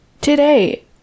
today